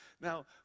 Now